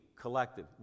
collective